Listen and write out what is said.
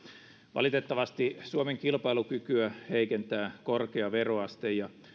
valitettavasti suomen kilpailukykyä heikentää korkea veroaste ja